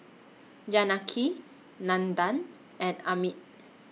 Janaki Nandan and Amit